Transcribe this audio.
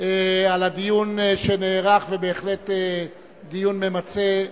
על הדיון שנערך, ובהחלט דיון ממצה.